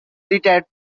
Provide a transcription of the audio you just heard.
retired